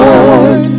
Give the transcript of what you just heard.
Lord